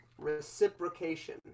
Reciprocation